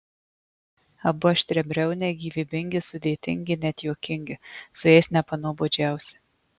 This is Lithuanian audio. abu aštriabriauniai gyvybingi sudėtingi net juokingi su jais nepanuobodžiausi